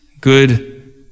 good